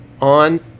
on